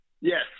yes